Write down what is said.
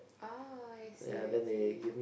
oh I see I see